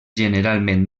generalment